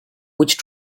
which